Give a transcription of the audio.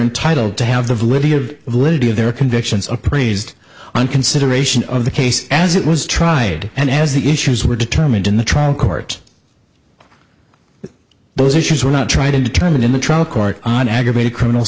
entitled to have the validity of validity of their convictions appraised on consideration of the case as it was tried and as the issues were determined in the trial court those issues were not try to determine in the trial court on aggravated criminal